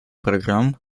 программ